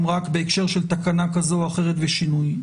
רק בהקשר של תקנה כזאת או אחרת ושינוי.